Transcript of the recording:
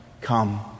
come